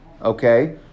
Okay